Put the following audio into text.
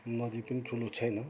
नदी पनि ठुलो छैन